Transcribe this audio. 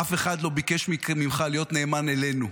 אף אחד לא ביקש ממך להיות נאמן אלינו.